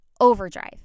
overdrive